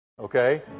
okay